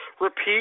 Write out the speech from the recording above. repeat